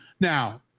Now